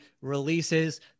releases